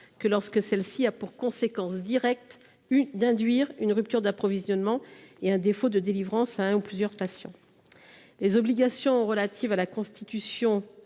que lorsque celle ci aurait pour conséquence directe d’induire une rupture d’approvisionnement et un défaut de délivrance à un ou plusieurs patients. Les obligations relatives à la constitution